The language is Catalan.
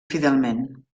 fidelment